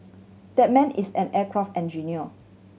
that man is an aircraft engineer